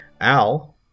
Al